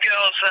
girls